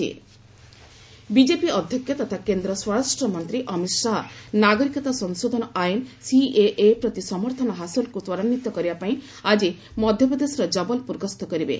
Shah Jabalpur BJP ଅଧ୍ୟକ୍ଷ ତଥା କେନ୍ଦ୍ର ସ୍ୱରାଷ୍ଟ୍ରମନ୍ତ୍ରୀ ଅମିତ ଶାହା ନାଗରିକତା ସଂଶୋଧନ ଆଇନ ସିଏଏ ପ୍ରତି ସମର୍ଥନ ହାସଲକୁ ତ୍ୱରାନ୍ୱିତ କରିବା ପାଇଁ ଆକ୍ଟି ମଧ୍ୟପ୍ରଦେଶର ଜବଲପୁର ଗସ୍ତ କରିବେ